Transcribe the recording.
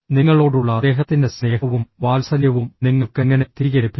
നിങ്ങളോടുള്ള അദ്ദേഹത്തിൻറെ സ്നേഹവും വാത്സല്യവും നിങ്ങൾക്ക് എങ്ങനെ തിരികെ ലഭിക്കും